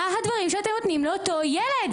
מה הדברים שאתם נותנים לאותו ילד?